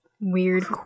weird